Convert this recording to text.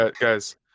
guys